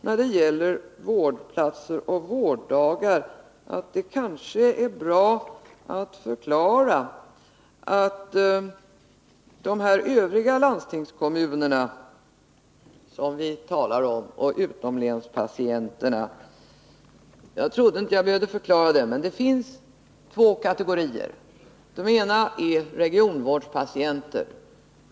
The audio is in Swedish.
När det gäller antalet vårdplatser och vårddagar vill jag ytterligare säga — jag trodde inte att jag skulle behöva förklara det — att det finns två kategorier utomlänspatienter. Den ena är regionvårdspatienter.